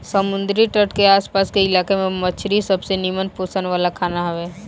समुंदरी तट के आस पास के इलाका में मछरी सबसे निमन पोषण वाला खाना हवे